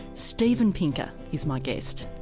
steven pinker, is my guest